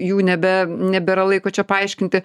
jų nebe nebėra laiko čia paaiškinti